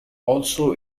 also